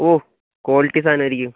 ഓ quality സാധനമായിരിക്കും